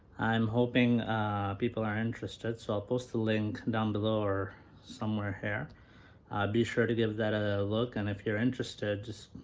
i'm hoping people are interested, so i'll post a link down below or somewhere here be sure to give that a look and if you're interested just